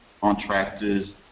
contractors